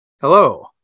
Hello